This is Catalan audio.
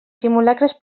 simulacres